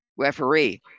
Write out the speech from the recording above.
Referee